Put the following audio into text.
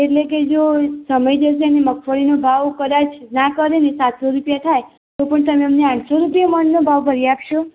એટલે કે જો સમય જશે અને મગફળીનો ભાવ કદાચ ના કરે ને સાતસો રૂપિયા થાય તો પણ તમે અમને આઠસો રૂપિયા મણનો ભાવ ભરી આપશો